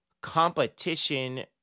competition